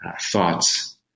thoughts